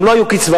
גם לא היו קצבאות.